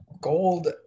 Gold